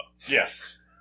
Yes